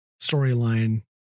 storyline